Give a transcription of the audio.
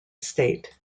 state